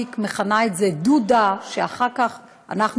אני מכנה את זה "דודא" שאחר כך אנחנו